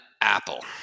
apple